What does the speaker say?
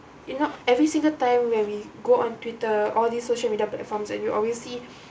you know every single time when we go on twitter all these social media platforms and you always see